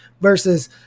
versus